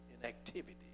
inactivity